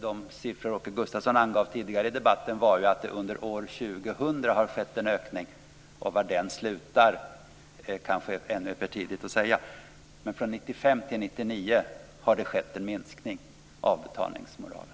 De siffror som Åke Gustavsson nämnde tidigare i debatten angav att det under år 2000 har skett en ökning. Var den slutar kanske ännu är för tidigt att säga. Men från 1995 till 1999 har det skett en minskning av betalningsmoralen.